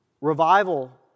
Revival